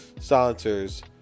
silencers